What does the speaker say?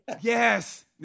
Yes